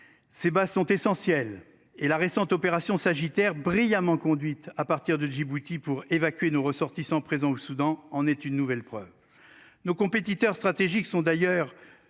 C'est bah sont essentiels et la récente opération sagittaire brillamment conduite à partir de Djibouti pour évacuer nos ressortissants présents au Soudan en est une nouvelle preuve. Nos compétiteurs stratégiques sont d'ailleurs